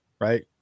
Right